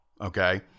Okay